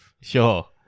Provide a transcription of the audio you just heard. Sure